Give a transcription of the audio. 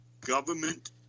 government